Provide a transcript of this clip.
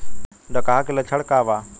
डकहा के लक्षण का वा?